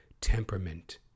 temperament